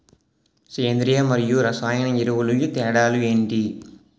సేంద్రీయ మరియు రసాయన ఎరువుల తేడా లు ఏంటి?